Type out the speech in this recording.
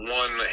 one